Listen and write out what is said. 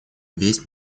весь